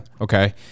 okay